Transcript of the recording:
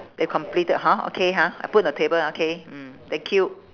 that completed hor okay ha I put on the table okay mm thank you